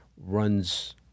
runs